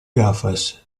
gafas